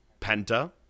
Penta